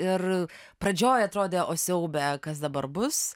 ir pradžioj atrodė o siaube kas dabar bus